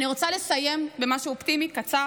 אני רוצה לסיים במשהו אופטימי קצר,